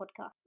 Podcast